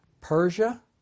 Persia